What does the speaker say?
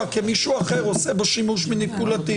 כי מישהו אחר עושה בו שימוש מניפולטיבי.